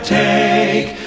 take